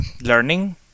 learning